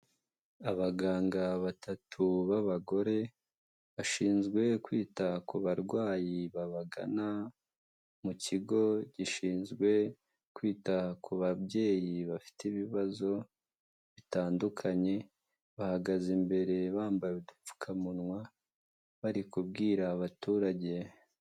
Abaganga batatu b'abagore bashinzwe kwita ku barwayi babagana mu kigo gishinzwe kwita ku babyeyi, bafite ibibazo bitandukanye bahagaze imbere bambaye udupfukamunwa bari kubwira abaturage.